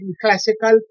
classical